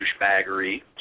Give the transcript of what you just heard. douchebaggery